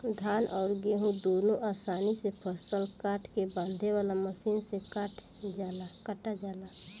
धान अउर गेंहू दुनों आसानी से फसल काट के बांधे वाला मशीन से कटा जाला